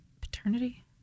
paternity